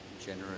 generous